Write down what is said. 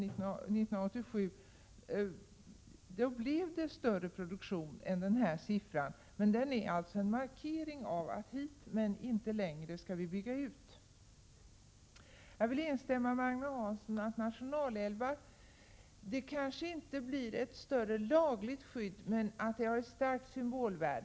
en större produktion än angivna nivån det regniga året 1987. Vi vill alltså markera att vi skall bygga ut så att vi får en vattenkraftsproduktion om 66 TWh per år, men inte längre. Jag vill instämma i det Agne Hansson sade om nationalälvar. Man kanske inte uppnår ett större lagligt skydd, men det har ett starkt symbolvärde.